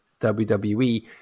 WWE